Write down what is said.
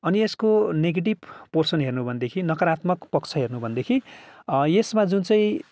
अनि यसको negative portion हेर्नु हो भनेदेखि नकारात्मक पक्ष हेर्नु हो भनेदेखि यसमा जुन चाहिँ